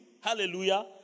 hallelujah